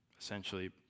Essentially